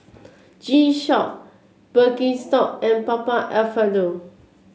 G Shock Birkenstock and Papa Alfredo